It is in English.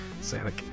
Sonic